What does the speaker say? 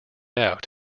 out